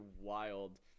wild